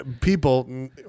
people